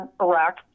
Iraq